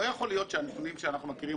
לא יכול להיות שהנתונים שאנחנו מכירים